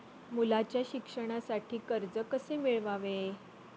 मुलाच्या शिक्षणासाठी कर्ज कसे मिळवावे?